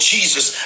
Jesus